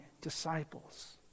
disciples